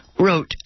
wrote